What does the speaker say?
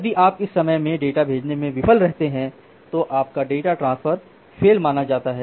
यदि आप इस समय में डेटा भेजने में विफल रहते हैं तो आपका डेटा ट्रांसफर फेल माना जाता हैं